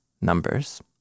numbers